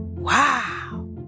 Wow